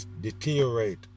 deteriorate